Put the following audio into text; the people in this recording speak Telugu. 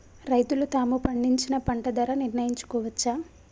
రైతులు తాము పండించిన పంట ధర నిర్ణయించుకోవచ్చా?